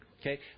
Okay